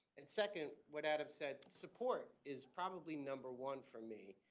and second, what adam said support is probably number one for me.